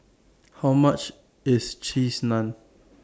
How much IS Cheese Naan